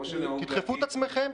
תדחפו את עצמכם,